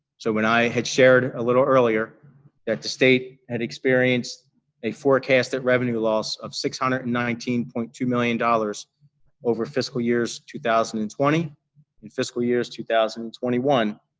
so, when i had shared a little earlier that the state had experienced a forecasted revenue loss of six hundred and nineteen point two million dollars over fiscal years two thousand and twenty and fiscal years two thousand and twenty one,